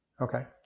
Okay